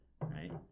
right